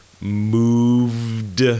moved